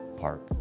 park